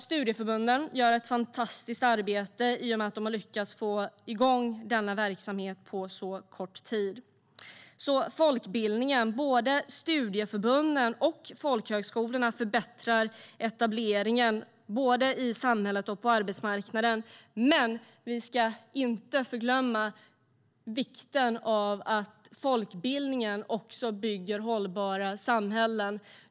Studieförbunden gör ett fantastiskt arbete i och med att de har lyckats få igång denna verksamhet på så kort tid. Folkbildningen, både studieförbunden och folkhögskolorna, förbättrar etableringen i samhället och på arbetsmarknaden. Men vi ska inte förglömma vikten av att folkbildningen också bygger hållbara samhällen.